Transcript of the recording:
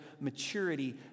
maturity